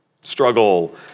struggle